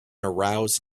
arouse